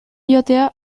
joatea